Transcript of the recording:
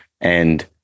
And-